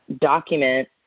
document